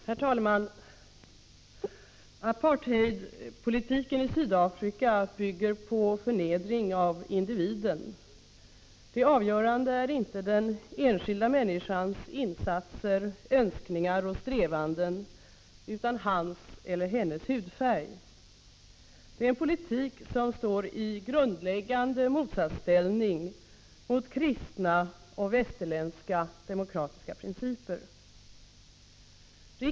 Herr talman! Apartheidpolitiken i Sydafrika bygger på förnedring av individen. Det avgörande är inte den enskilda människans insatser, önskningar och strävanden utan hans eller hennes hudfärg. Det är en politik som står i grundläggande motsatsställning mot kristna och västerländska demokratiska principer.